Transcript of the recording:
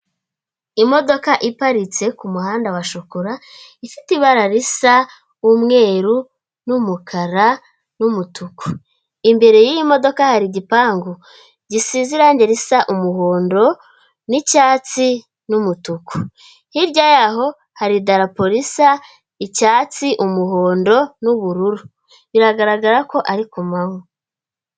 Imodoka iparitse ku muhanda wa shokora ifite ibara risa umweru, n'umukara n'umutuku, imbere yiyo modoka hari igipangu gisize irangi risa umuhondo, nicyatsi n'umutuku, hirya yaho hari darapo risa icyatsi, umuhondo, n'ubururu biragaragara ko ari kumanywa.